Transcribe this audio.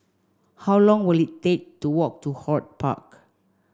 how long will it take to walk to HortPark